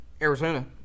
Arizona